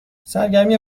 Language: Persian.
سرگرمی